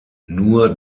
nur